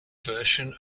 version